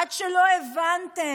עד שלא הבנתם,